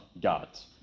gods